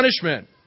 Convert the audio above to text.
punishment